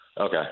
Okay